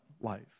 life